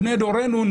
בני דורנו,